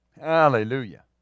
Hallelujah